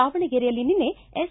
ದಾವಣಗೆರೆಯಲ್ಲಿ ನಿನ್ನೆ ಎಸ್